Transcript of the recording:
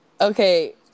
okay